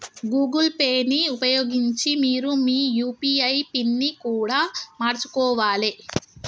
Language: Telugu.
గూగుల్ పే ని ఉపయోగించి మీరు మీ యూ.పీ.ఐ పిన్ని కూడా మార్చుకోవాలే